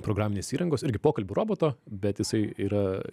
programinės įrangos irgi pokalbių roboto bet jisai yra